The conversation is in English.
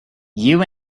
you